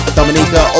Dominica